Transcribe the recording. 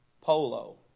polo